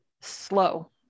slow